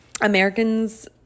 Americans